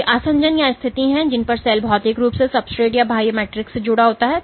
ये आसंजन या स्थिति हैं जिन पर सेल भौतिक रूप से सब्सट्रेट या बाह्य मैट्रिक्स से जुड़ा होता है